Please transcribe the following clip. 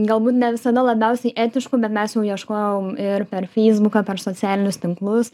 galbūt ne visada labiausiai etiškų bet mes jau ieškojom ir per feisbuką per socialinius tinklus